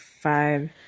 five